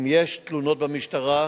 אם יש תלונות על המשטרה,